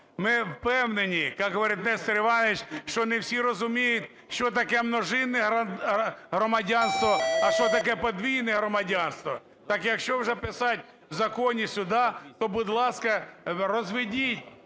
Ми впевнені, як говорить Нестор Іванович, що не всі розуміють, що таке "множинне громадянство", а що таке "подвійне громадянство". Так, якщо вже писати в законі сюди, то будь ласка, розведіть